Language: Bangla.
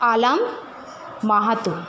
আলাম মাহাতো